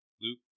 Luke